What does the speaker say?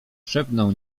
szepnął